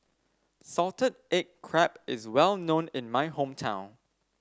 Salted Egg Crab is well known in my hometown